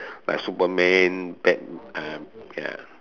like Superman Bat~ uh ya